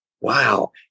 Wow